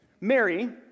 Mary